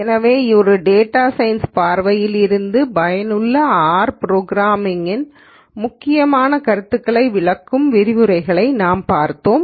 எனவே ஒரு data science பார்வையில் இருந்து பயனுள்ள ஆர் ப்ரோக்ராமிங் இன் முக்கியமான கருத்துக்களை விளக்கும் விரிவுரைகளை நாம் பார்த்தோம்